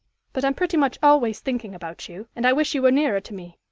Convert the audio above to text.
but i'm pretty much always thinking about you, and i wish you were nearer to me.